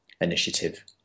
Initiative